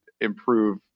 improve